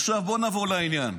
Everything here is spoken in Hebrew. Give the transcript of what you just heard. עכשיו בוא נעבור לעניין.